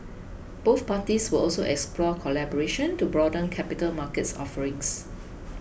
both parties will also explore collaboration to broaden capital market offerings